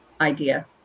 idea